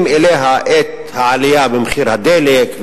כשמצמידים אליה את העלייה במחיר הדלק,